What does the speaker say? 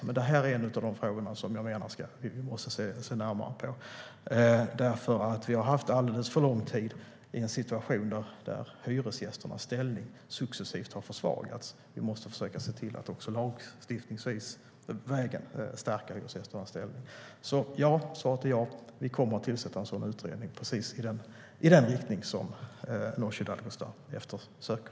Men det här är en av de frågor som jag menar att vi måste se närmare på, för vi har under alltför lång tid haft en situation där hyresgästernas ställning successivt har försvagats. Vi måste försöka se till att också lagstiftningsvägen stärka hyresgästernas ställning. Svaret är alltså: Ja, vi kommer att tillsätta en utredning i precis den riktning som Nooshi Dadgostar efterfrågar.